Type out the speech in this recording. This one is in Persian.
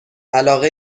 علاقه